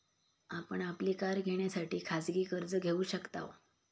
आपण आपली कार घेण्यासाठी खाजगी कर्ज घेऊ शकताव